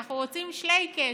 אנחנו רוצים שלייקעס.